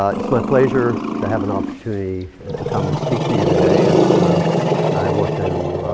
ah it's my pleasure to have an opportunity to come and speak to you today. and i want to